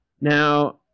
Now